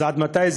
אז עד מתי?